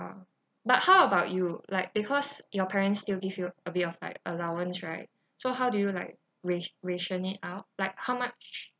but how about you like because your parents still give you a bit of like allowance right so how do you like ra~ ration it out like how much